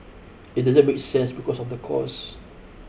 it doesn't make sense because of the cost